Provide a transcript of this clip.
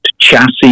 chassis